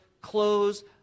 clothes